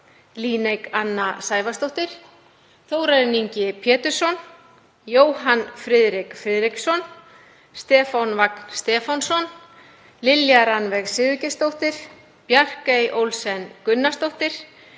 Líneik Anna Sævarsdóttir, Þórarinn Ingi Pétursson, Jóhann Friðrik Friðriksson, Stefán Vagn Stefánsson, Lilja Rannveig Sigurgeirsdóttir, Bjarkey Olsen Gunnarsdóttir,